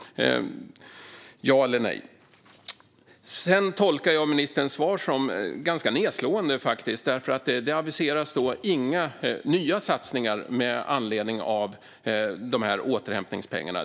Ja eller nej? Jag tolkar ministerns svar som ganska nedslående. Det aviseras inga nya satsningar med anledning av de här återhämtningspengarna.